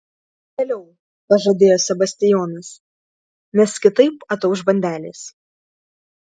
vėliau pažadėjo sebastijonas nes kitaip atauš bandelės